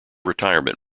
retirement